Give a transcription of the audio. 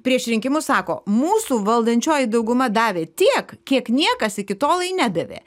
prieš rinkimus sako mūsų valdančioji dauguma davė tiek kiek niekas iki tolei nedavė